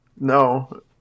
No